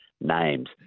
names